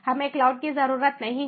हमें क्लाउड की जरूरत नहीं है